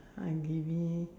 ah give me